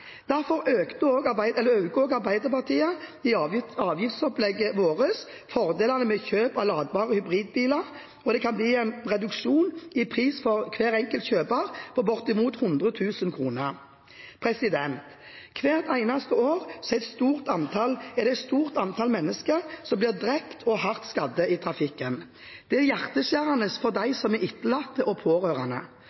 Derfor øker Arbeiderpartiet i avgiftsopplegget vårt fordelene ved kjøp av ladbare hybridbiler, og det kan bli en reduksjon i pris for hver enkelt kjøper på bortimot 100 000 kr. Hvert eneste år er det et stort antall mennesker som blir drept eller hardt skadd i trafikken. Det er hjerteskjærende for de